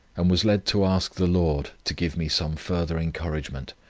and was led to ask the lord to give me some further encouragement.